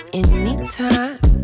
anytime